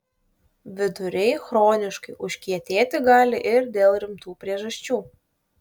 viduriai chroniškai užkietėti gali ir dėl rimtų priežasčių